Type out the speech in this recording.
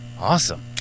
Awesome